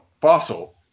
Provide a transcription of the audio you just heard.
fossil